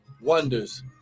wonders